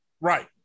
right